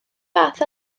fath